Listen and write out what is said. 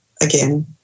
again